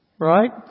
right